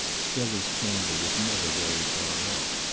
strether's candour was never very far off.